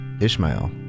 Ishmael